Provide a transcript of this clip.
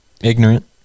ignorant